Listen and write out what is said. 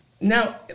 Now